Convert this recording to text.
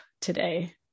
today